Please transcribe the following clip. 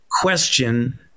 question